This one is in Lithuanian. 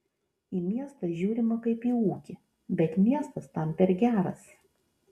į miestą žiūrima kaip į ūkį bet miestas tam per geras